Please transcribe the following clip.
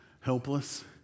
helpless